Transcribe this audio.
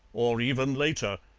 or even later.